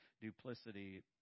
Duplicity